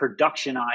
productionized